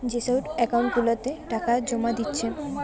যে সব একাউন্ট গুলাতে টাকা জোমা দিচ্ছে